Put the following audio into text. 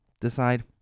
Decide